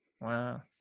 Wow